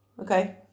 Okay